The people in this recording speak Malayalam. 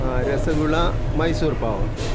ആ രസഗുള മൈസൂർപാവ്